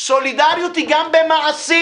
סולידריות היא גם במעשים.